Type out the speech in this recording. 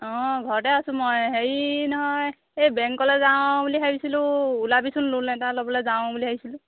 অঁ ঘৰতে আছোঁ মই হেৰি নহয় এই বেংকলৈ যাওঁ বুলি ভাবিছিলোঁ ওলাবিচোন লোন এটা ল'বলৈ যাওঁ বুলি ভাবিছিলোঁ